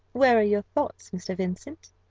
where are your thoughts, mr. vincent?